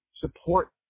support